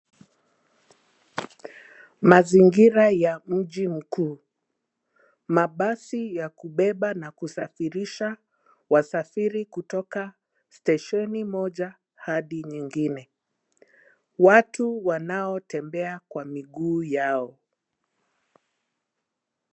Mazingira ya mji mkuu. Mabasi ya kubeba na kusafirisha wasafiri kutoka stesheni moja hadi nyingine. Watu wanaotembea kwa miguu yao.